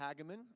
Hageman